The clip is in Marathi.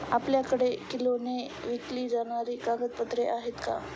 आपल्याकडे किलोने विकली जाणारी कागदपत्रे आहेत का?